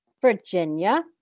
Virginia